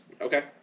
Okay